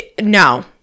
no